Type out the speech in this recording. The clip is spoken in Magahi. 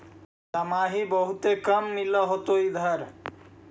दमाहि बहुते काम मिल होतो इधर?